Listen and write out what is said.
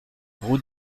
route